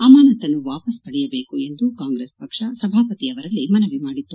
ಅಮಾನತ್ತನ್ನು ವಾಪಸ್ ಪಡೆಯಬೇಕು ಎಂದು ಕಾಂಗ್ರೆಸ್ ಪಕ್ಷ ಸಭಾಪತಿ ಅವರಲ್ಲಿ ಮನವಿ ಮಾಡಿತ್ತು